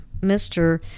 Mr